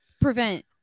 prevent